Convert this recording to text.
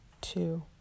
two